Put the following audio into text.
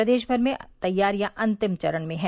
प्रदेश भर में तैयारियां अंतिम चरण में है